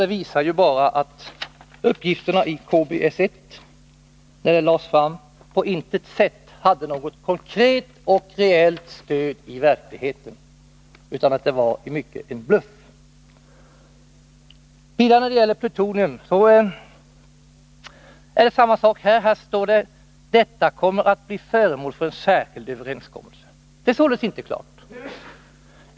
Det visar bara att när uppgifterna i KBS 1 lades fram hade de på intet sätt något konkret och reellt stöd i verkligheten, utan att mycket var bluff. När det gäller plutonium är det samma sak. Det står i svaret att de frågorna kommer att bli föremål för en särskild överenskommelse. De är således ännu inte avgjorda.